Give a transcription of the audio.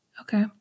Okay